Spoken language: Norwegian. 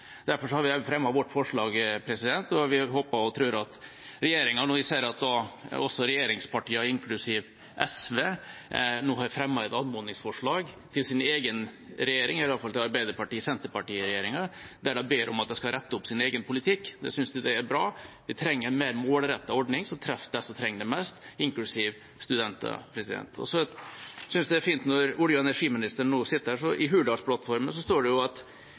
Derfor har vi fremmet vårt forslag, og vi håper og tror at regjeringa – når vi ser at regjeringspartiene, inklusiv SV, nå har fremmet et anmodningsforslag til sin egen regjering, eller i alle fall til Arbeiderparti–Senterparti-regjeringa, der de ber om at de skal rette opp sin egen politikk – synes det er bra. Vi trenger en mer målrettet ordning som treffer dem som trenger det mest, inklusiv studenter. Så synes jeg det er fint – når olje- og energiministeren nå sitter her: I Hurdalsplattformen står det at en skal «arbeide for at